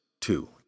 Two